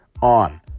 on